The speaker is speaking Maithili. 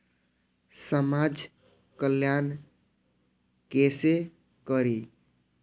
समाज कल्याण केसे करी?